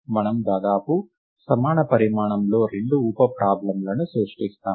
మనము దాదాపు సమాన పరిమాణంలో రెండు ఉప ప్రాబ్లమ్లను సృష్టిస్తాము